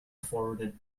forwarded